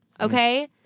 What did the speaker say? Okay